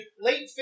late